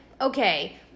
okay